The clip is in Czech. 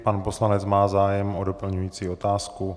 Pan poslanec má zájem o doplňující otázku?